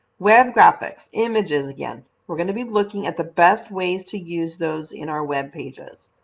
web graphics images again we're going to be looking at the best ways to use those in our webpages.